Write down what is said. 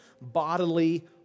bodily